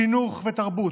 חינוך ותרבות,